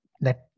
let